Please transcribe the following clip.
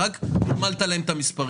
אתה רק נירמלת להם את המספרים.